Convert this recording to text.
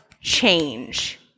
change